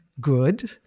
good